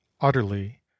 utterly